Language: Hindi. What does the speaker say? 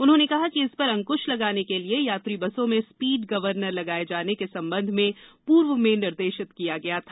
उन्होंने कहा कि इस पर अंकृश लगाने के लिये यात्री बसों में स्पीड गवर्नर लगाये जाने के संबंध में पूर्व में निर्देशित किया गया था